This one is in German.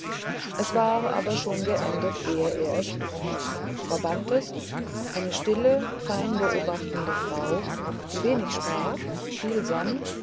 es war aber schon geendet ehe er es wußte frau bantes eine stille feinbeobachtende frau die wenig sprach viel sann